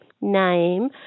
name